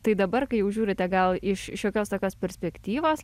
tai dabar kai jau žiūrite gal iš šiokios tokios perspektyvos